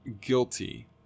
guilty